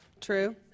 True